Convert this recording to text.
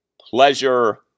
pleasure